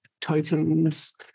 tokens